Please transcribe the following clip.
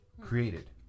created